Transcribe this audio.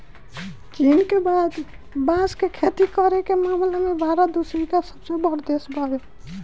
चीन के बाद बांस के खेती करे के मामला में भारत दूसरका सबसे बड़ देश बावे